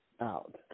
out